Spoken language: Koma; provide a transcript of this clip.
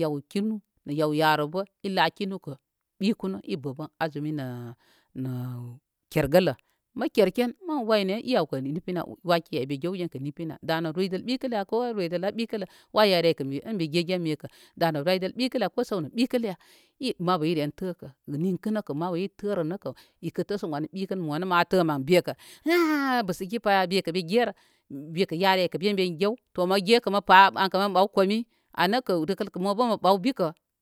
yaw kinu nə yaw yaru bə ila kinu kə ɓikunu ibə bən azumi nə nə kergələ mə kerken mən wayne i awkə ni pin ya naki ay mi gew gen kə ni pinya danə roydəl ɓikəl ya ko roydəl á ɓikəl lə wa yari aykə in mi ge gen mikə danə roydəl ɓikəl ya ko səw nə ɓikəl ya i mabu ire təkə ninkə nəkə mabu i tərə nəkə ikə təsən wan ɓikən monə ma tə mən bekə bəsə gi pa ya mikə mi gerə bekə yari ay kə ben be gewu to mən gekə mə pa an kə mə ɓaw komi ai nəkə rəkal kə mo bə mə ɓaw bikə.